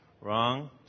wrong